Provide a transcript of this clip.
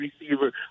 receiver